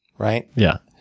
right? yeah.